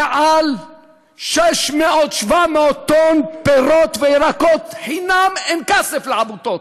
מעל 600 700 טונות פירות וירקות חינם אין כסף לעמותות,